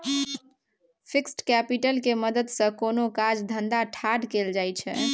fixed capital केर मदद सँ कोनो काज धंधा ठाढ़ कएल जाइ छै